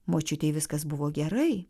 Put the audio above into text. močiutei viskas buvo gerai